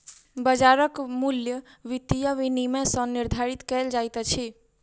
बाजारक मूल्य वित्तीय विनियम सॅ निर्धारित कयल जाइत अछि